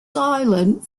silent